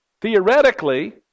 theoretically